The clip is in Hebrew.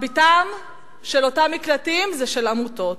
מרביתם של עמותות,